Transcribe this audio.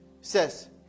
says